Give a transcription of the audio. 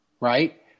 right